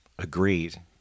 Agreed